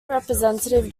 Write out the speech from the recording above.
representative